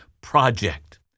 project